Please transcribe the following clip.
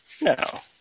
No